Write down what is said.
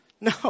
No